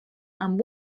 amb